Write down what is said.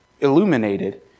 illuminated